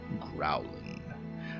growling